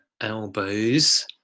elbows